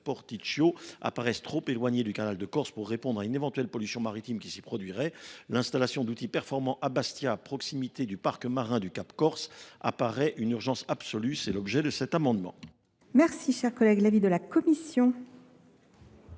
sont trop éloignés du canal de Corse pour répondre à une éventuelle pollution maritime qui s’y produirait. L’installation d’outils performants à Bastia, à proximité du parc marin du Cap Corse, apparaît comme une urgence absolue, elle fait l’objet de cet amendement. Quel est l’avis de la commission